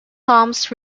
toms